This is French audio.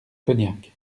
cognac